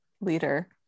leader